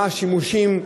מה השימושים,